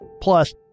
Plus